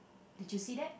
did you see that